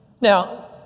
Now